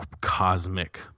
cosmic